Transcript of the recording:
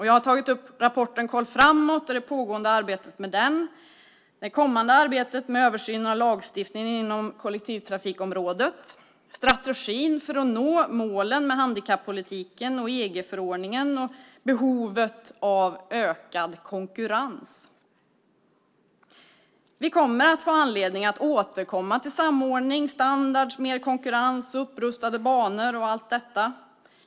Jag har tagit upp rapporten Koll framåt och det pågående arbetet med den, det kommande arbetet med översynen av lagstiftningen inom kollektivtrafikområdet, strategin för att nå målen med handikappolitiken och EG-förordningen och behovet av ökad konkurrens. Vi kommer att få anledning att återkomma till samordning, standard, mer konkurrens och upprustade banor.